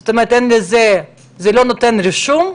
זאת אומרת, זה לא נותן רישום,